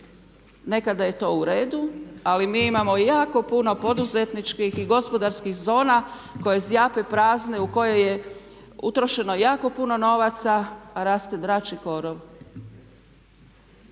nekada je to u redu, ali mi imamo jako puno poduzetničkih i gospodarskih zona koje zjape prazne, u koje je utrošeno jako puno novaca a raste drač i korov.